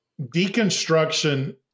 Deconstruction